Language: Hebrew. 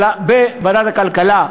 בוועדת הכלכלה,